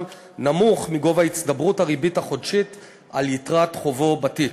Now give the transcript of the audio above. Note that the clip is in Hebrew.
נמוך מגובה הצטברות הריבית החודשית על יתרת חובו בתיק.